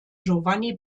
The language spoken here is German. giovanni